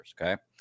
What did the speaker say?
Okay